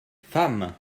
femmes